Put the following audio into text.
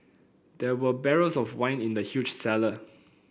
there were barrels of wine in the huge cellar